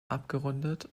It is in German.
abgerundet